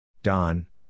Don